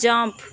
jump